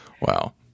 Wow